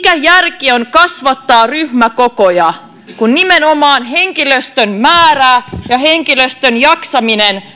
mikä järki on kasvattaa ryhmäkokoja kun nimenomaan henkilöstön määrä ja henkilöstön jaksaminen